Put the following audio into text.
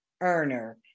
earner